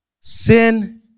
sin